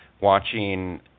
watching